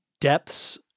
depths